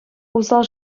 усал